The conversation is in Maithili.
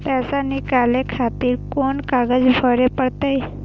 पैसा नीकाले खातिर कोन कागज भरे परतें?